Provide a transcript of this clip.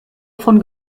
von